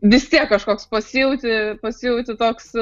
vis tiek kažkoks pasijauti pasijauti toks